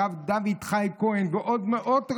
הרב דוד חי כהן ועוד מאות רבנים,